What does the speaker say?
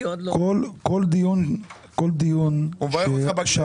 כל דיון שאמור,